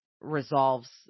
resolves